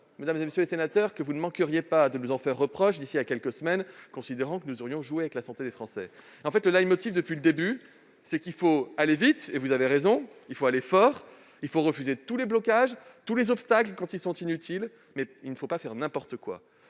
mesdames, messieurs les sénateurs, vous ne manqueriez pas de nous en faire reproche d'ici à quelques semaines, considérant que nous aurions joué avec la santé des Français. Depuis le début de cette crise, le leitmotiv est qu'il faut aller vite- vous avez raison -, qu'il faut aller fort, qu'il faut refuser tous les blocages, tous les obstacles quand ils sont inutiles, mais qu'il ne faut pas faire n'importe quoi.